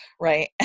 Right